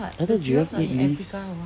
I thought giraffe eat leaves